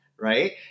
right